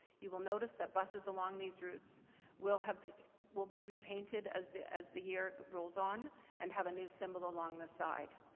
you will notice that buses along these routes will have will be repainted as the as the year rolls on and have a new symbol along the side.